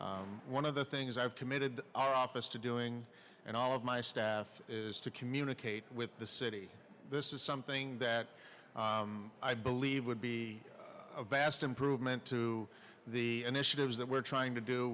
one of the things i've committed to doing and all of my staff is to communicate with the city this is something that i believe would be a vast improvement to the initiatives that we're trying to do